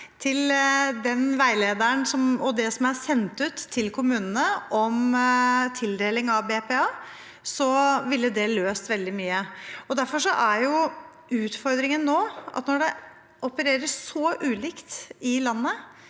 til veilederen og det som er sendt ut til kommunene om tildeling av BPA, vil det løse veldig mye. Når utfordringen derfor er at det opereres så ulikt i landet,